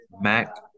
MAC